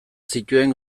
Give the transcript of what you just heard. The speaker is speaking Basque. zituen